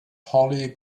holly